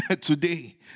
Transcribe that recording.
today